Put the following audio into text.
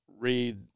read